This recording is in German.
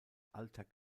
alter